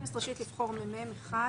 הכנסת רשאית לבחור ממלא מקום קבוע אחד